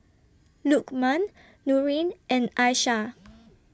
Lukman Nurin and Aishah